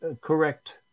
correct